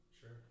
sure